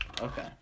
Okay